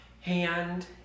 hand